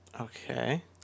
Okay